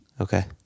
Okay